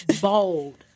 Bold